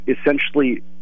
essentially